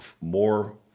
more